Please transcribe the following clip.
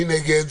מי נגד?